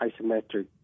isometric